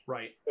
Right